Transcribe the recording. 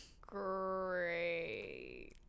Great